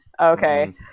Okay